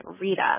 Rita